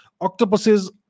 Octopuses